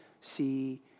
see